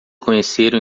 conheceram